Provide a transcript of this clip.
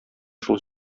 шул